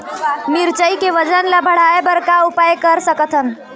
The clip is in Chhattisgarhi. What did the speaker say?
मिरचई के वजन ला बढ़ाएं बर का उपाय कर सकथन?